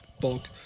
bulk